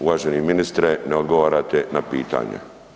Uvaženi ministre, ne odgovarate na pitanje.